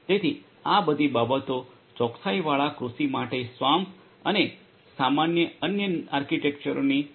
તેથી આ બધી બાબતો ચોકસાઇવાળા કૃષિ માટે સ્વામ્પ અને સમાન અન્ય આર્કિટેક્ચરોની સહાયથી થઈ શકે છે